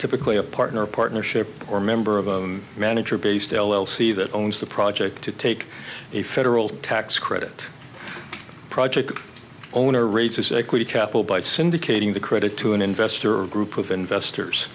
typically a partner or partnership or member of a manager based l l c that owns the project to take a federal tax credit project the owner raises equity capital by syndicating the credit to an investor or group of investors